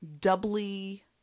doubly